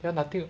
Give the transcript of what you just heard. ya nothing [what]